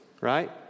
right